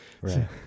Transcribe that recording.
Right